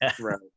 right